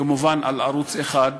כמובן על ערוץ 1,